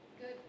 Good